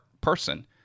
person